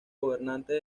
gobernante